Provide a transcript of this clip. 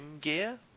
gear